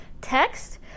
text